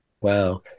Wow